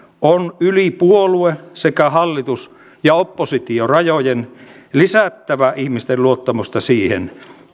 on yli puolue sekä hallitus ja oppositiorajojen lisättävä ihmisten luottamusta siihen